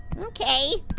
okay.